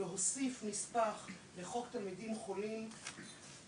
נספח לחוק ׳תלמידים חולים׳,